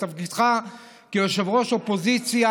זה תפקידך כיושב-ראש אופוזיציה.